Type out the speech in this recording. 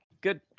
good